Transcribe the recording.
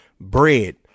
bread